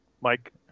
Mike